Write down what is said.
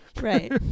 right